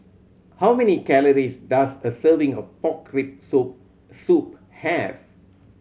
how many calories does a serving of pork rib soup have